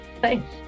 Thanks